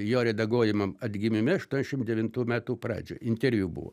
jo redaguojamam atgimime aštuoniašim devintų metų pradžioj interviu buvo